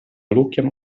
lukiem